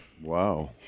Wow